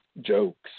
jokes